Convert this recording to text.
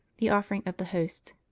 the offering of the host